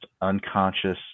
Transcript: unconscious